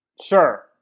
Sure